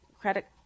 credit